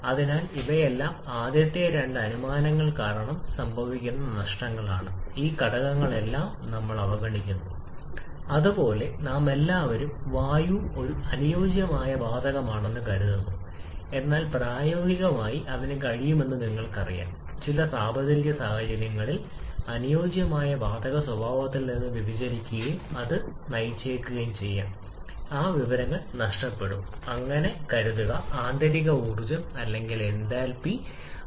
അതിനാൽ 1 mole of methane നമ്മൾ പരുക്കൻ മൂല്യങ്ങൾ എടുക്കുകയാണെങ്കിൽ നമുക്ക് 1 മോളിലെ പിണ്ഡം കണക്കാക്കാം ആയിരിക്കേണ്ട മീഥെയ്ൻ 1 കിലോ മോളാണ് ഞാൻ എഴുതേണ്ടത് എന്ന് പറയട്ടെ ഇതൊരു സാധാരണ എസ്ഐ ചിഹ്നമാണ് അതിനാൽ തന്നെ കാർബൺ 12 പ്ലസ് ഹൈഡ്രജൻ ആണ് നിങ്ങൾക്ക് ആവശ്യമുള്ള മൂല്യങ്ങൾ നമ്മൾക്ക് കണക്കാക്കാൻ കഴിയും അതിനാൽ ഇത് 16 ന് തുല്യമാണ് കിലോ 1 കിലോ മോളിൽ 16 കിലോ